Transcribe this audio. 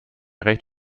recht